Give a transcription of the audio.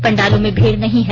पंडालों में भीड़ नहीं है